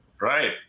right